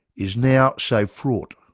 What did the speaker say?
is now so fraught,